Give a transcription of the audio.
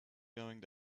going